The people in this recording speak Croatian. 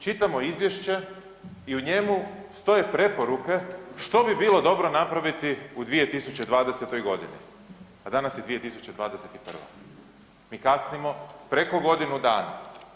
Čitamo izvješće i u njemu stoje preporuke što bi bilo dobro napraviti u 2020.g., a danas je 2021., mi kasnimo preko godinu dana.